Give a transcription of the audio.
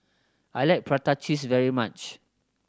I like prata cheese very much